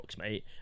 mate